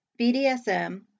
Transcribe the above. BDSM